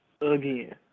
Again